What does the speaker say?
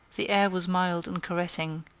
the air was mild and caressing,